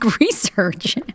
research